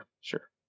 sure